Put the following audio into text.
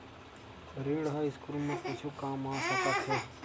ऋण ह स्कूल मा कुछु काम आ सकत हे?